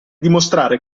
dimostrare